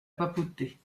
papauté